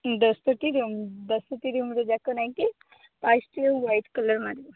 ଦଶଟି ରୁମ୍ ଦଶଟି ରୁମ୍ର ଯାକ ନାଇକି ଫାଷ୍ଟରୁ ହ୍ବାଇଟ୍ କଲର୍ ମାରିବ